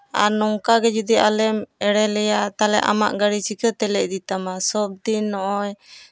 ᱟᱨ ᱱᱚᱝᱠᱟ ᱡᱩᱫᱤ ᱟᱞᱮᱢ ᱮᱲᱮ ᱞᱮᱭᱟ ᱛᱟᱦᱞᱮ ᱟᱢᱟᱜ ᱜᱟᱹᱰᱤ ᱪᱤᱠᱟᱹ ᱛᱮᱞᱮ ᱤᱫᱤ ᱛᱟᱢᱟ ᱥᱚᱵᱫᱤᱱ ᱱᱚᱜᱼᱚᱭ